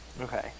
Okay